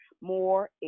more